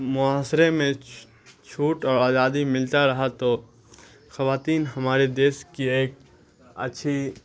معاشرے میں چھوٹ اور آزادی ملتا رہا تو خواتین ہمارے دیش کی ایک اچھی